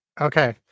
Okay